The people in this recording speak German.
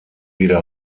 wieder